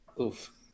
Oof